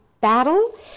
battle